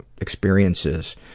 experiences